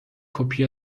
کپی